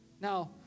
Now